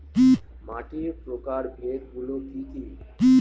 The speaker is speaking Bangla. মাটির প্রকারভেদ গুলো কি কী?